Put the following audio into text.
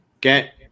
get